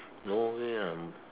no way lah